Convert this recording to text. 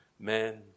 men